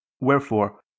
wherefore